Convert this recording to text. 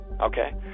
okay